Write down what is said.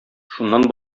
шуннан